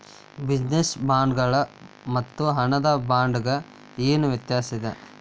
Business ಬಾಂಡ್ಗಳ್ ಮತ್ತು ಹಣದ ಬಾಂಡ್ಗ ಏನ್ ವ್ಯತಾಸದ?